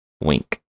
Wink